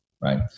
Right